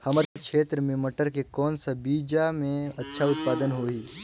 हमर क्षेत्र मे मटर के कौन सा बीजा मे अच्छा उत्पादन होही?